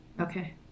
Okay